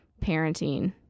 parenting